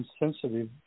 insensitive